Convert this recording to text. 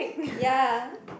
ya